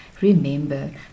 Remember